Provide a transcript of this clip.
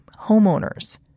homeowners